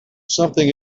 something